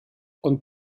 und